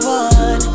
one